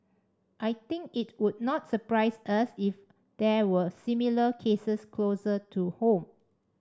I think it would not surprise us if there were similar cases closer to home